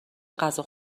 غذا